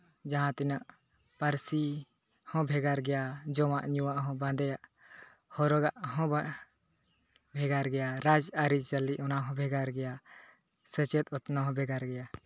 ᱡᱟᱦᱟᱸ ᱛᱤᱱᱟᱹᱜ ᱯᱟᱹᱨᱥᱤ ᱦᱚᱸ ᱵᱷᱮᱜᱟᱨ ᱜᱮᱭᱟ ᱡᱚᱢᱟᱜ ᱧᱩᱣᱟᱜ ᱦᱚᱸ ᱵᱟᱸᱫᱮᱭᱟᱜ ᱦᱚᱨᱚᱜᱟᱜ ᱦᱚᱸ ᱵᱷᱮᱜᱟᱨ ᱜᱮᱭᱟ ᱨᱟᱡᱽ ᱟᱹᱨᱤᱪᱟᱹᱞᱤ ᱚᱱᱟ ᱦᱚᱸ ᱵᱷᱮᱜᱟᱨ ᱜᱮᱭᱟ ᱥᱮᱪᱮᱫ ᱚᱛᱚᱱᱚᱜ ᱦᱚᱸ ᱵᱷᱮᱜᱟᱨ ᱜᱮᱭᱟ